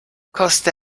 koste